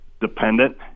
dependent